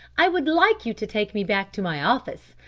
i would like you to take me back to my office.